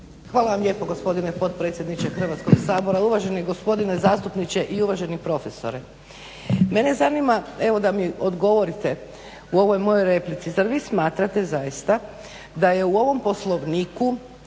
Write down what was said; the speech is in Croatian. Hvala vam lijepo gospodine potpredsjedniče Hrvatskog sabora. Uvaženi gospodine zastupniče i uvaženi profesore mene zanima evo da mi odgovorite u ovoj mojoj replici zar vi smatrate zaista da je u ovom Poslovniku